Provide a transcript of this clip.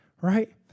right